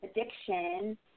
addiction